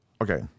okay